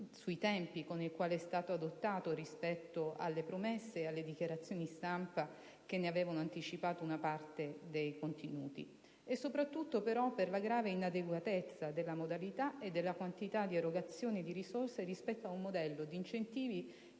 ritardo con il quale è stato adottato rispetto alle promesse e alle dichiarazioni stampa che ne avevano anticipato una parte dei contenuti, ma soprattutto per la grave inadeguatezza della modalità e della quantità di erogazioni di risorse rispetto ad un modello di incentivi